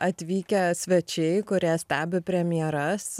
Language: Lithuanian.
atvykę svečiai kurie stebi premjeras